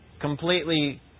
completely